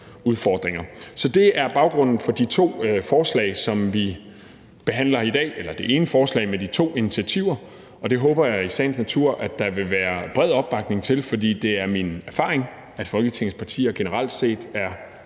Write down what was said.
udfordringer. Så det er baggrunden for det, som vi behandler i dag, nemlig et forslag med to initiativer, og det håber jeg i sagens natur der vil være bred opbakning til, for det er min erfaring, at Folketingets partier generelt set er